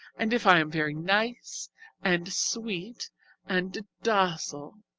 and if i am very nice and sweet and docile,